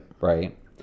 Right